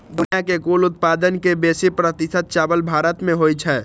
दुनिया के कुल उत्पादन के बीस प्रतिशत चावल भारत मे होइ छै